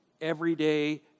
everyday